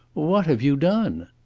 what have you done?